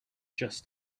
just